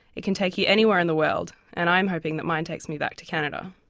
it can take you anywhere in the world, and i'm hoping that mine takes me back to canada.